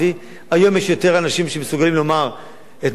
היום יש יותר אנשים שמסוגלים לומר את מה שאני אומר,